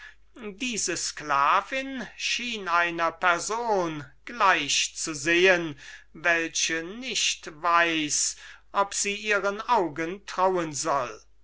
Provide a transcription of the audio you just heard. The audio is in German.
unsers helden schien einer person gleich zu sehen welche nicht weiß ob sie ihren augen trauen soll